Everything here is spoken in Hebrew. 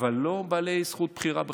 אבל לא בעלי זכות בחירה בכלל.